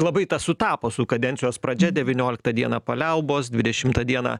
labai tas sutapo su kadencijos pradžia devynioliktą dieną paliaubos dvidešimtą dieną